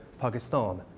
Pakistan